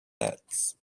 nets